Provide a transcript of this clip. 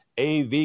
AV